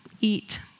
eat